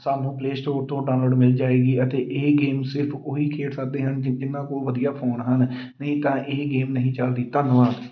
ਸਾਨੂੰ play store ਤੋਂ download ਮਿਲ ਜਾਏਗੀ ਅਤੇ ਇਹ ਗੇਮ ਸਿਰਫ ਉਹੀ ਖੇਡ ਸਕਦੇ ਹਨ ਜਿੰਨਾਂ ਕੋਲ ਵਧੀਆ ਫੋਨ ਹਨ ਨਹੀਂ ਤਾਂ ਇਹ ਗੇਮ ਨਹੀਂ ਚੱਲਦੀ ਧੰਨਵਾਦ